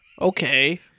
Okay